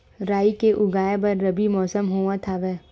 राई के उगाए बर रबी मौसम होवत हवय?